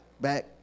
back